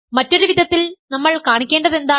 മറ്റൊരു വിധത്തിൽ നമ്മൾ കാണിക്കേണ്ടതെന്താണ്